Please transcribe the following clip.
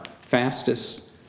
fastest